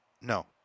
no